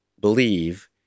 believe